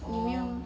你没有 meh